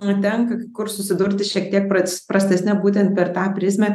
tenka kur susidurti šiek tiek pras prastesne būtent per tą prizmę